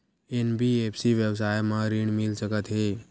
NBFC व्यवसाय मा ऋण मिल सकत हे